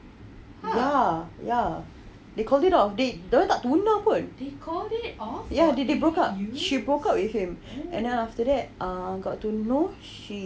ya ya they call it off they dia orang tak tunang pun ya they broke up she broke up with him and then after that err kak got to know